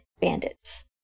bandits